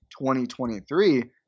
2023